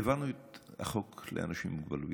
העברנו את החוק לאנשים עם מוגבלויות,